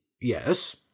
Yes